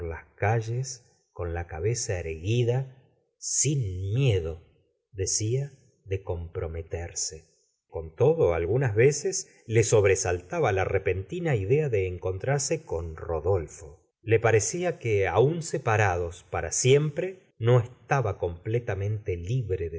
las calles con la cabeza erguida sin miedo decía de comprometerse con todo algunas veces le sobresaltaba la repentina idea de encon trarse con rodolfo le parecía que aun separados para siempre no estaba completamente libre de